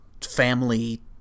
family